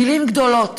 מילים גדולות